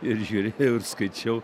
ir žiūrėjau ir skaičiau